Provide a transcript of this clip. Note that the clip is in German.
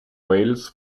wales